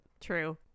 True